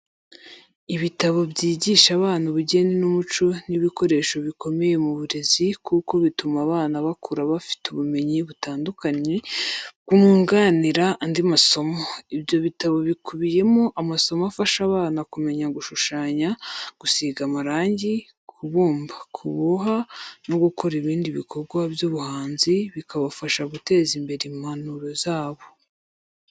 Ibitabo byigisha abana ubugeni n'umuco ni ibikoresho bikomeye mu burezi kuko bituma abana bakura bafite ubumenyi butandukanye bwunganira andi masomo. Ibyo bitabo bikubiyemo amasomo afasha abana kumenya gushushanya, gusiga amarangi, kubumba, kuboha no gukora ibindi bikorwa by'ubuhanzi, bikabafasha guteza imbere impano zabo.